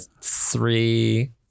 three